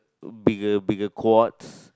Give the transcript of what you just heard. bigger bigger quads